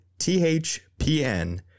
THPN